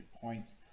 points